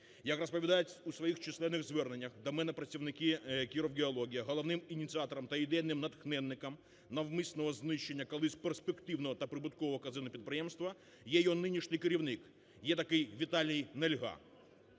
Як розповідають у своїх численних зверненнях до мене працівники "Кіровгеології", головним ініціатором та ідейним натхненником навмисного знищення колись перспективного та прибуткового казенного підприємства є його нинішній керівник, є такий Віталій Нельга